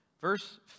Verse